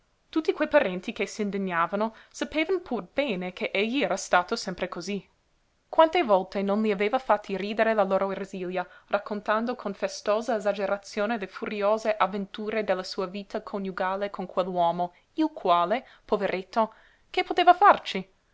tutti quei parenti che s'indignavano sapevan pur bene che egli era stato sempre cosí quante volte non mi aveva fatti ridere la loro ersilia raccontando con festosa esagerazione le furiose avventure della sua vita coniugale con quell'uomo il quale poveretto che poteva farci